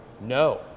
No